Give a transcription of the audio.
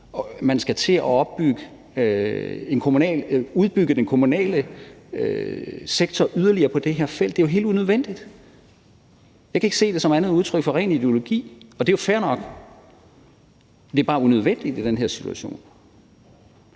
skal til at udbygge den kommunale sektor yderligere på det her felt? Det er jo helt unødvendigt. Jeg kan ikke se det som andet end et udtryk for ren ideologi, og det er jo fair nok, men det bare unødvendigt i den her situation.